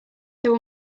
there